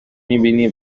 میبینی